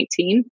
2019